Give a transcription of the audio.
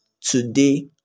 today